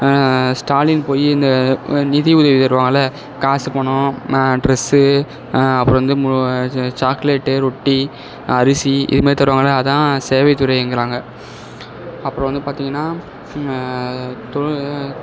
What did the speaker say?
ஸ்டாலின் போய் இந்த நிதியுதவி தருவாங்கள்ல காசு பணம் டிரெஸு அப்புறம் வந்து மு ச சாக்லேட்டு ரொட்டி அரிசி இதுமாதிரி தருவாங்கள்ல அதான் சேவை துறைங்குறாங்க அப்புறோம் வந்து பார்த்திங்கனா தொழு